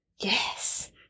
Yes